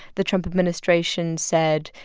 the trump administration said,